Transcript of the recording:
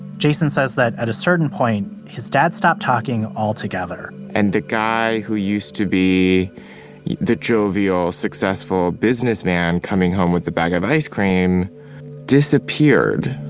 jason says that at a certain point, his dad stopped talking altogether and the guy who used to be the jovial, successful businessman coming home with the bag of ice cream disappeared